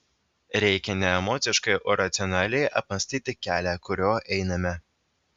reikia ne emociškai o racionaliai apmąstyti kelią kuriuo einame